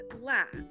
last